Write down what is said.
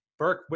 Burke